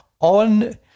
on